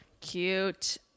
Cute